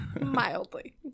Mildly